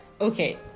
Okay